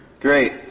Great